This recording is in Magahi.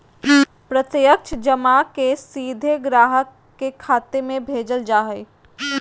प्रत्यक्ष जमा के सीधे ग्राहक के खाता में भेजल जा हइ